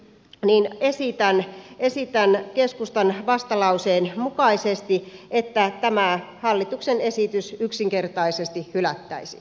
näiltä osin esitän keskustan vastalauseen mukaisesti että tämä hallituksen esitys yksinkertaisesti hylättäisiin